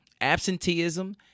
absenteeism